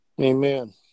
Amen